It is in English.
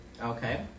Okay